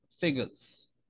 figures